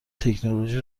تکنولوژی